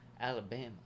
Alabama